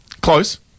Close